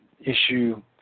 issue